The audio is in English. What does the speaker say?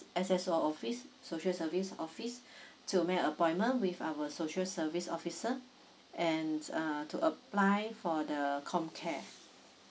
S_S_O office social service office to make an appointment with our social service officer and err to apply for the uh com care